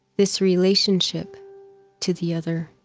this relationship to the other.